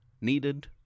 needed